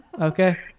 Okay